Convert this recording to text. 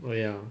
oh ya